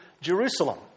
Jerusalem